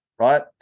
right